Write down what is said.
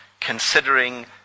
considering